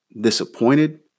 disappointed